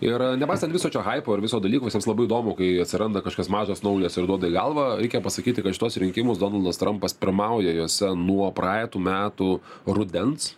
ir nepaisant viso čio haipo ir viso dalykus jiems labai įdomu kai atsiranda kažkas mažas naujas ir duoda į galvą reikia pasakyti kad šituos rinkimus donaldas trampas pirmauja juose nuo praeitų metų rudens